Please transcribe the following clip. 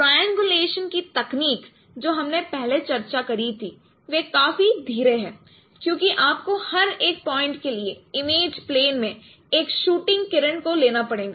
triangulation की तकनीक जो हमने पहले चर्चा करी थी वह काफी धीरे है क्योंकि आपको हर एक पॉइंट के लिए इमेज प्लेन में एक शूटिंग किरण को लेना पड़ेगा